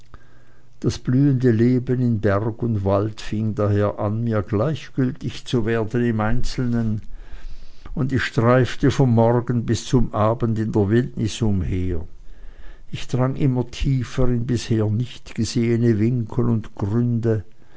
das blühende leben in berg und wald fing daher an mir gleichgültig zu werden im einzelnen und ich streifte vom morgen bis zum abend in der wildnis umher ich drang immer tiefer in bisher nicht gesehene winkel und gründe